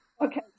Okay